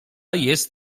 jest